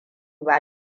ba